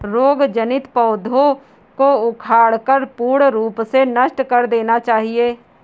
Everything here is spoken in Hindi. रोग जनित पौधों को उखाड़कर पूर्ण रूप से नष्ट कर देना चाहिये